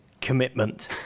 Commitment